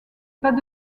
pas